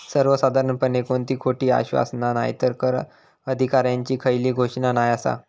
सर्वसाधारणपणे कोणती खोटी आश्वासना नायतर कर अधिकाऱ्यांची खयली घोषणा नाय आसा